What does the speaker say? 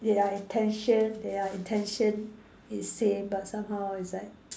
their intention their intention is same but somehow is like